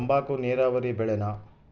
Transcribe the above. ತಂಬಾಕು ನೇರಾವರಿ ಬೆಳೆನಾ?